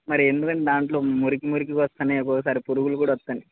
మరి ఎందుకండి దాంట్లో మురికి మురికిగా వస్తున్నాయి ఒక్కోసారి పురుగులు కూడా వస్తాయి